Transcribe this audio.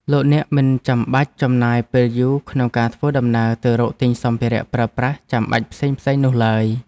លោកអ្នកមិនចាំបាច់ចំណាយពេលយូរក្នុងការធ្វើដំណើរទៅរកទិញសម្ភារៈប្រើប្រាស់ចាំបាច់ផ្សេងៗនោះឡើយ។